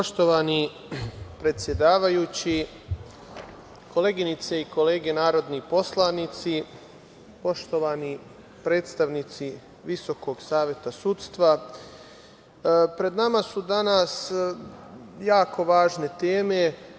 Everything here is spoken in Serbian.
Poštovani predsedavajući, koleginice i kolege narodni poslanici, poštovani predstavnici Visokog saveta sudstva, pred nama su danas jako važne teme.